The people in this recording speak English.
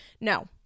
No